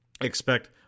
Expect